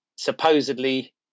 supposedly